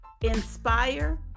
Inspire